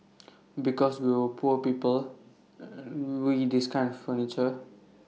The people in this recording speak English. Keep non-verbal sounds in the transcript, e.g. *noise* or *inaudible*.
*noise* because we were poor people *noise* we this kind furniture